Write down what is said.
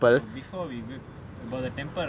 before we go but from the temple right